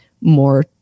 more